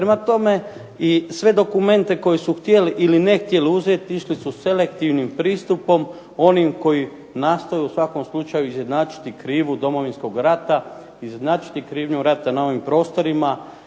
Prema tome, i sve dokumente koje su htjeli ili ne htjeli uzeti išli su selektivnim pristupom onim koji nastoji u svakom slučaju izjednačiti krivnju Domovinskog rata, izjednačiti krivnju rata na ovim prostorima